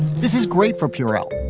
this is great for purell.